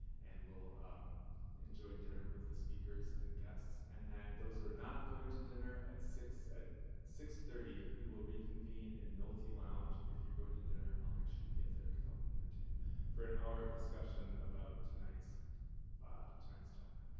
and we'll enjoy dinner with the speakers and guests. and then those those who are not going to dinner at six at six thirty we will reconvene in nolte lounge. if you're going to dinner, i'll make sure you get there, because i'll be there too for an hour of discussion about tonight's ah tonight's talk.